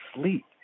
sleep